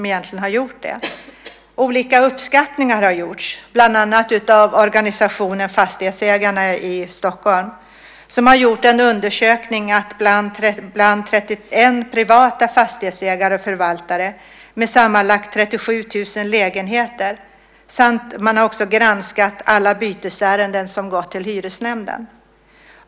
Olika uppskattningar har gjorts, bland annat av organisationen Fastighetsägarna i Stockholm. De har gjort en undersökning bland 31 privata fastighetsägare och förvaltare med sammanlagt 37 000 lägenheter, och man har också granskat alla bytesärenden som har gått till hyresnämnden.